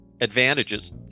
advantages